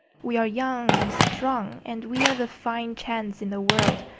we are young and strong, and we have a fine chance in the world.